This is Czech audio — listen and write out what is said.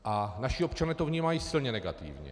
A naši občané to vnímají silně negativně.